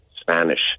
Spanish